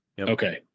Okay